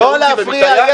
לא להפריע.